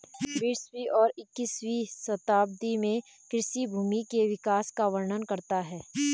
बीसवीं और इक्कीसवीं शताब्दी में कृषि भूमि के विकास का वर्णन करता है